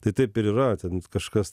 tai taip ir yra ten kažkas